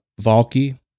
Valky